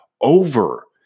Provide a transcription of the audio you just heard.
over